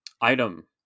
Item